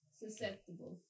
susceptible